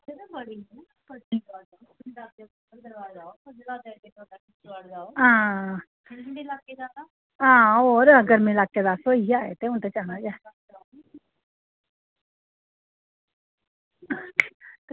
आ आं होर गर्म ल्हाकै दा आए ते असें जाना गै